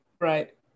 Right